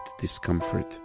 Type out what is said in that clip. discomfort